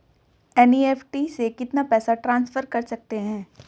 NEFT से कितना पैसा ट्रांसफर कर सकते हैं?